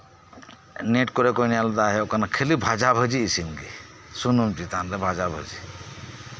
net ᱠᱚᱨᱮ ᱠᱚ ᱧᱮᱞᱮᱫᱟ ᱦᱩᱭᱩᱜ ᱠᱟᱱᱟ ᱠᱷᱟᱹᱞᱤ ᱵᱷᱟᱡᱟ ᱵᱷᱟᱹᱡᱤ ᱤᱥᱤᱱ ᱜᱮ ᱥᱩᱱᱩᱢ ᱪᱮᱛᱟᱱ ᱨᱮ ᱵᱷᱟᱡᱟᱼᱵᱷᱟᱹᱡᱤ